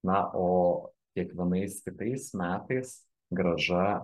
na o kiekvienais kitais metais grąža